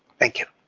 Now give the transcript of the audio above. thank you.